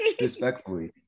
Respectfully